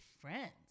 friends